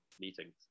meetings